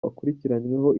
bakurikiranyweho